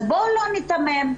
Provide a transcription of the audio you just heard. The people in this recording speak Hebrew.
בואו לא ניתמם.